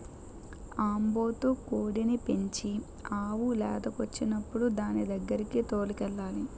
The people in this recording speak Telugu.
ఆంబోతు కోడిని పెంచి ఆవు లేదకొచ్చినప్పుడు దానిదగ్గరకి తోలుకెళ్లాలి